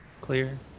clear